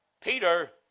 Peter